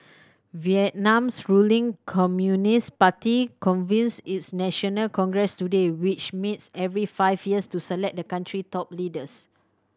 Vietnam's ruling Communist Party convenes its national congress today which meets every five years to select the country's top leaders